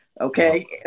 Okay